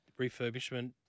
refurbishment